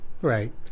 Right